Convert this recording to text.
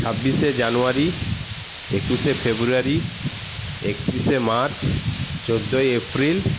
ছাব্বিশে জানুয়ারি একুশে ফেব্রুয়ারি একত্রিশে মার্চ চোদ্দোই এপ্রিল